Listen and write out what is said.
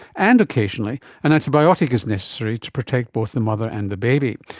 and occasionally an antibiotic is necessary to protect both the mother and the baby.